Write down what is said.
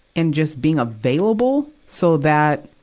and just being available so that,